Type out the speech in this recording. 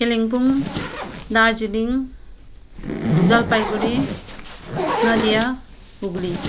Kalimpong Darjeeling Jalpaiguri Nadia Hooghly